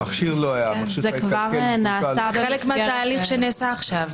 המכשיר מקולקל --- זה חלק מהתהליך שנעשה עכשיו.